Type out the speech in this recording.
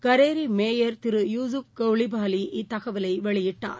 கரேரிமேயர் திரு யூகுஃப் கவுளிபாலி இத்தகவலைவெளியிட்டார்